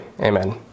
Amen